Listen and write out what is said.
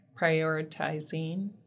prioritizing